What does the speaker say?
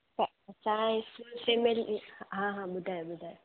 त असांजी full family हा हा ॿुधायो ॿुधायो